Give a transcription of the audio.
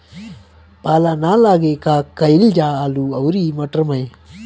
पाला न लागे का कयिल जा आलू औरी मटर मैं?